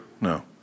No